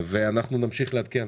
ואנחנו נמשיך לעדכן.